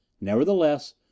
Nevertheless